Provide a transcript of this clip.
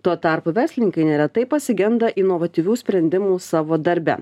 tuo tarpu verslininkai neretai pasigenda inovatyvių sprendimų savo darbe